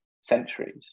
centuries